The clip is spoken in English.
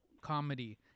comedy